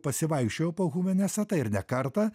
pasivaikščiojau po huvenesetą ir ne kartą